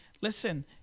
listen